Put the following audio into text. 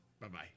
Bye-bye